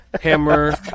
Hammer